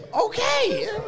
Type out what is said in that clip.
Okay